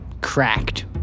cracked